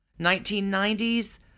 1990s